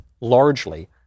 largely